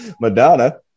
Madonna